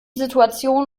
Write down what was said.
situation